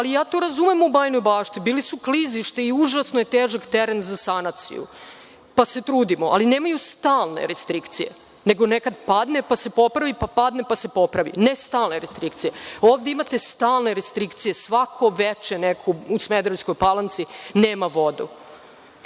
Ali, to razumem u Bajinoj Bašti. Bila su klizišta i užasno je težak teren za sanaciju, pa se trudimo, ali nemaju stalne restrikcije, nego nekad padne pa se popravi, pa padne pa se popravi. Ne stalne restrikcije, ovde imate stalne restrikcije, svako veče neko u Smederevskoj Palanci nema vode. Što